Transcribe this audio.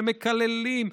שמקללים,